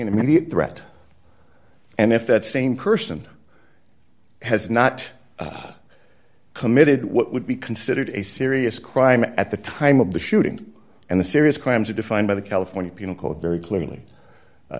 an immediate threat and if that same person has not committed what would be considered a serious crime at the time of the shooting and the serious crimes are defined by the california penal code very clearly